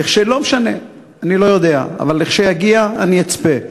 אני לא יודע, אבל כשיגיע אני אצפה.